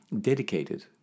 dedicated